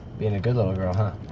being a good little girl, huh?